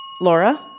Laura